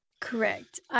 Correct